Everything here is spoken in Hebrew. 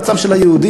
ארצם של היהודים.